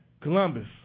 Columbus